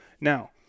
Now